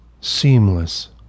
Seamless